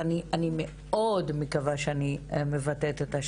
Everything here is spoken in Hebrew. אמרנו שנחכה לתוצאות של